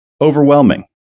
overwhelming